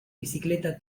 bicicleta